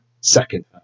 second